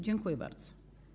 Dziękuję bardzo.